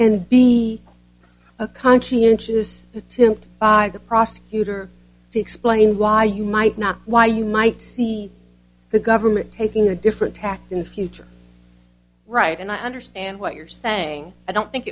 and b a conscientious to the prosecutor to explain why you might not why you might see the government taking a different tact in the future right and i understand what you're saying i don't think